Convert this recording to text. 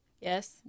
Yes